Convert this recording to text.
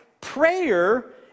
prayer